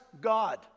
God